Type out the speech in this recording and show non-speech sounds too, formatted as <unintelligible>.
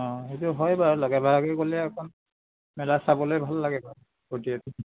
অঁ সেইটো হয় বাৰু লগে ভাগে অকণ মেলা চাবলৈ ভাল লাগে বাৰু <unintelligible>